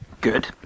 Good